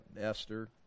Esther